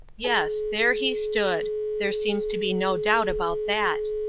yes there he stood. there seems to be no doubt about that.